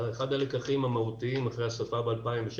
אחד הלקחים המהותיים אחרי השרפה ב-2016